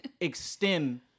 extend